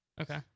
Okay